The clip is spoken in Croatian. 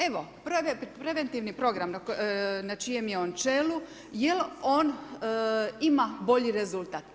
Evo, preventivni program na čijem je čelu, jel' on ima bolji rezultat?